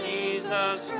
Jesus